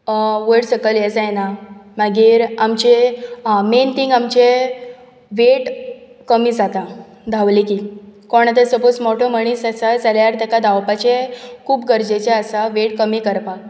वयर सकयल हें जायना मागीर आमचे मेन थींग आमचें वेट कमी जाता धांवलें की कोण आतां सपोझ मोठो मनीस आसा जाल्यार ताका धांवपाचें खूब गरजेचें आसा वेट कमी करपाक